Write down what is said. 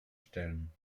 stellen